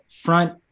front